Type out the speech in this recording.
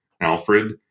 Alfred